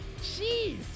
Jeez